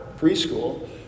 preschool